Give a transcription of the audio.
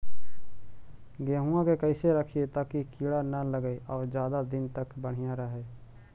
गेहुआ के कैसे रखिये ताकी कीड़ा न लगै और ज्यादा दिन तक बढ़िया रहै?